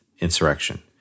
insurrection